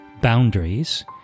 boundaries